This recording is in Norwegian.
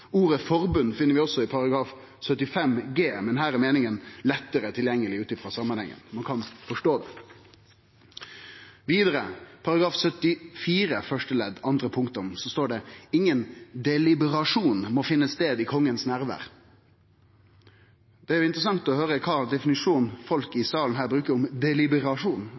Ordet «forbund» finn vi også i § 75 g, men her er meininga lettare tilgjengeleg ut frå samanhengen. Ein kan forstå det. I § 74 første ledd andre punktum står det: «Ingen deliberasjon må finne sted i kongens nærvær.» Det ville vere interessant å høyre kva definisjon folk her i salen har av «deliberasjon». Som filosof har eg tilfeldigvis god kunnskap om kva deliberasjon